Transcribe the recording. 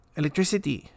electricity